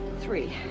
three